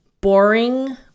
boring